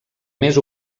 més